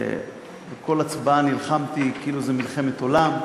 שבכל הצבעה נלחמתי כאילו זו מלחמת עולם.